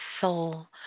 soul